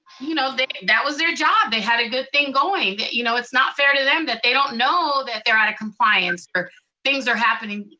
you know that that was their job. they had a good thing going. you know it's not fair to them that they don't know that they're out of compliance, or things are happening.